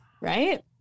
Right